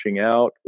out